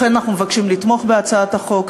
לכן, אנחנו מבקשים לתמוך בהצעת החוק.